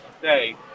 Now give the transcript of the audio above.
today